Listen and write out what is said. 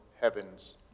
heaven's